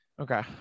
Okay